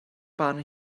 barn